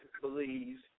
believes